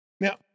Now